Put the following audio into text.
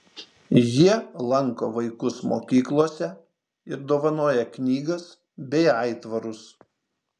jie lanko vaikus mokyklose ir dovanoja knygas bei aitvarus